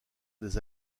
des